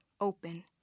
open